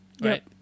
right